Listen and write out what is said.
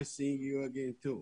טוב לראות גם אותך.